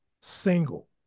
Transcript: Single